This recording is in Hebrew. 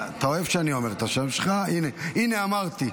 אתה אוהב שאני אומר את השם שלך, הינה, הינה אמרתי.